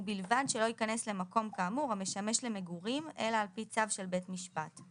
ובלבד שלא ייכנס למקום כאמור המשמש למגורים אלא על פי צו של בית משפט;